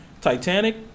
Titanic